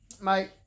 Mate